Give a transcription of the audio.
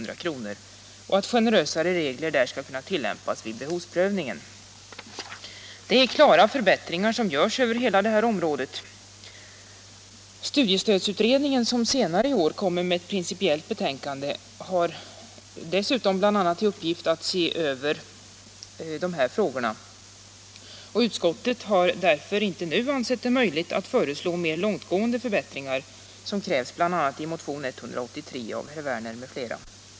Dessutom har studiestödsutredningen, som senare i år kommer med ett principiellt betänkande, bl.a. till uppgift att se över dessa frågor. Utskottet har därför inte nu ansett det möjligt att föreslå mer långtgående förbättringar som krävts bl.a. i motion 183 av herr Werner m.fl.